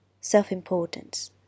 self-importance